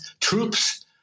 troops